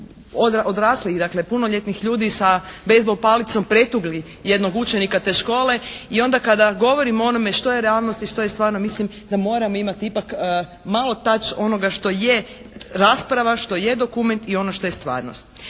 odraslijih, dakle punoljetnih ljudi sa bejzbol palicom pretukli jednog učenika te škole. I onda kada govorimo o onome što je realnost i što je stvarno, mislim da moram imati ipak malo tach onoga što je rasprava, što je dokument i ono što je stvarnost.